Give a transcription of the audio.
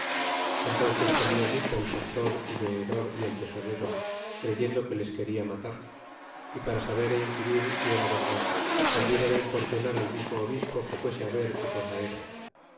guerra entónces temió mucho el factor y veedor y el tesorero creyendo que les quena matar y para saber e inquirir si era verdad volvieron á importunar al mismo obispo que fuese ver que cosa era